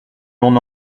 l’on